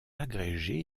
agrégé